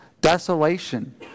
desolation